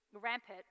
rampant